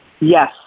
Yes